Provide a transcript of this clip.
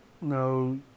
No